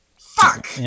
Fuck